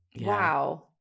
Wow